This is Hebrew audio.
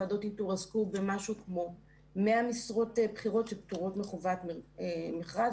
ועדות איתור עסקו במשהו כמו 100 משרות בכירות שפטורות מחובת מכרז.